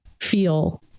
feel